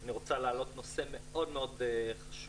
אני רוצה להעלות נושא מאוד מאוד חשוב.